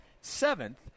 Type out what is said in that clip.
seventh